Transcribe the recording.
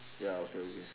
ya okay okay